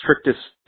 strictest